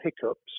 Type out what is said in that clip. hiccups